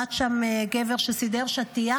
ועמד שם גבר שסידר שטיח,